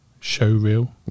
showreel